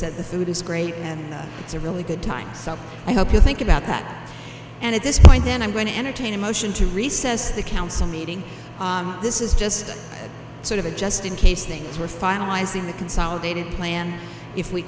said the food is great and it's a really good time so i hope you think about that and at this point then i'm going to entertain a motion to recess the council meeting this is just sort of a just in case things were finalizing the consolidated plan if we